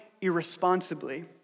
irresponsibly